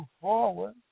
forward